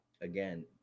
again